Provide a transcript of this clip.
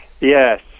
Yes